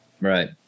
Right